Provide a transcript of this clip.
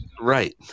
Right